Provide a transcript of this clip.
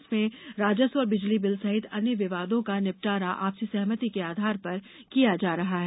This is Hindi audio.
इनमें राजस्व और बिजली बिल सहित अन्य विवादों का निपटारा आपसी सहमति के आधार पर किया जा रहा है